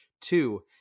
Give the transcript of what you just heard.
Two